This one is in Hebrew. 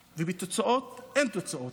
ובתוצאות, אין תוצאות.